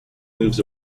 moves